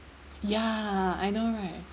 ya I know right